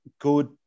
good